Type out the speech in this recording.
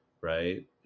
right